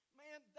man